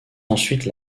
ensuite